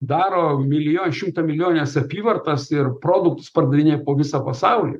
daro milijo šimtamilijonines apyvartas ir produktus pardavinėti po visą pasaulį